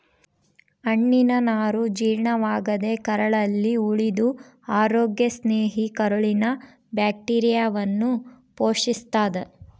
ಹಣ್ಣಿನನಾರು ಜೀರ್ಣವಾಗದೇ ಕರಳಲ್ಲಿ ಉಳಿದು ಅರೋಗ್ಯ ಸ್ನೇಹಿ ಕರುಳಿನ ಬ್ಯಾಕ್ಟೀರಿಯಾವನ್ನು ಪೋಶಿಸ್ತಾದ